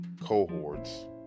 cohorts